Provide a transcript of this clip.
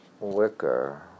wicker